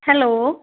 hello